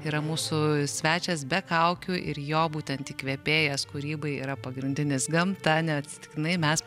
yra mūsų svečias be kaukių ir jo būtent įkvėpėjas kūrybai yra pagrindinis gamta neatsitiktinai mes